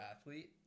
athlete